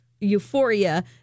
euphoria